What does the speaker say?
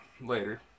later